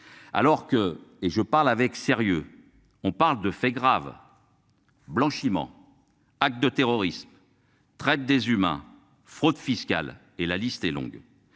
alors que et je parle avec sérieux. On parle de faits graves. Blanchiment actes de terrorisme traite des humains, fraude fiscale et la liste est longue.